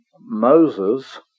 Moses